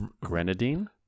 grenadine